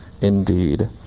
indeed